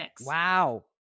Wow